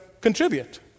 contribute